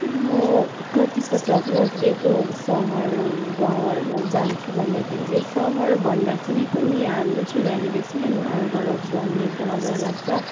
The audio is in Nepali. म कतिपटक नजिकैको सहर गाउँहरूमा जान्छु भन्दाखेरि चाहिँ सहर भन्दाखेरि पनि हाम्रो चाहिँ यहाँनिर सानो अलगढा भन्ने बजार लाग्छ